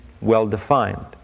well-defined